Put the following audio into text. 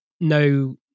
no